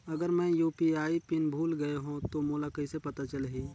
अगर मैं UPI pin भुल गये हो तो मोला कइसे पता चलही?